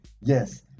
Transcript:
yes